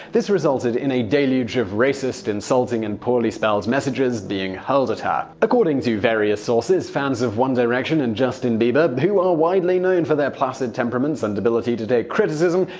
this resulted in a deluge of racist, insulting and poorly spelled messages being hurled at lowe. according to various sources, fans of one direction and justin bieber, who are widely known for their placid temperaments and ability to take criticism,